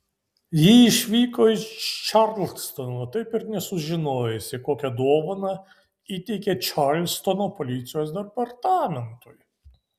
ji išvyko iš čarlstono taip ir nesužinojusi kokią dovaną įteikė čarlstono policijos departamentui